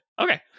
Okay